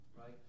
right